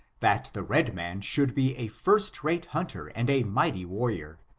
that the red man should be a first rate himter and a mighty warrior,